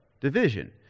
Division